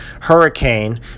hurricane